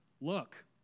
look